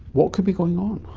what could be going on?